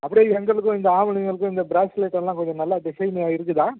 அப்படியே எங்களுக்கும் இந்த ஆம்பளைங்களுக்கும் இந்த ப்ரேஸ்லெட்டெல்லாம் கொஞ்சம் நல்ல டிசைன்னு இருக்குதா